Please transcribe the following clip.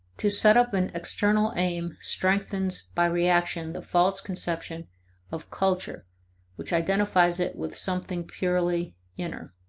to set up an external aim strengthens by reaction the false conception of culture which identifies it with something purely inner.